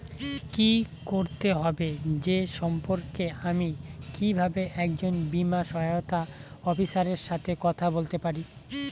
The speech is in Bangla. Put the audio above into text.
কী করতে হবে সে সম্পর্কে আমি কীভাবে একজন বীমা সহায়তা অফিসারের সাথে কথা বলতে পারি?